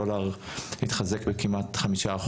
דולר התחזק בכמעט 5%,